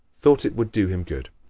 thought it would do him good